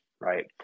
Right